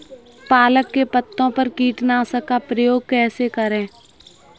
पालक के पत्तों पर कीटनाशक का प्रयोग कैसे करें?